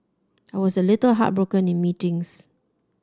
I was a little heartbroken in meetings